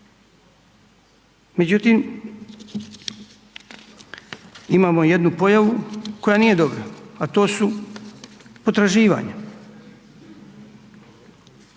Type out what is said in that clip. Međutim imamo jednu pojavu koja nije dobra a to su potraživanja.